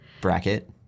Bracket